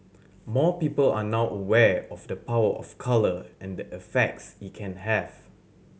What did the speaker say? more people are now aware of the power of colour and the effects it can have